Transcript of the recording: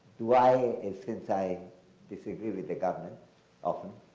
do i, and sense i disagree with the government often,